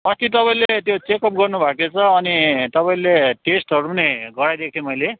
अस्ति तपाईँले त्यो चेकअप गर्नुभएको थिएछ अनि तपाईँले टेस्टहरू नि गराइदिएको थिएँ मैले